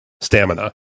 stamina